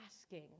asking